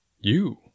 You